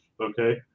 okay